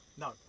No